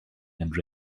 and